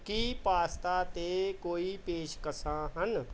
ਕੀ pasta 'ਤੇ ਕੋਈ ਪੇਸ਼ਕਸ਼ਾਂ ਹਨ